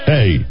Hey